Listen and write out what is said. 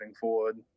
forward